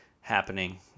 happening